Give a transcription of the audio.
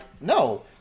no